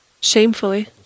shamefully